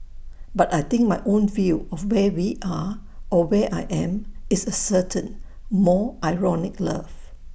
but I think my own view of where we are or where I am is A certain more ironic love